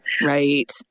right